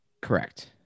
Correct